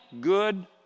good